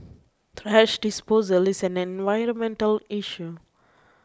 thrash disposal is an environmental issue